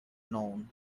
known